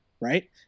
right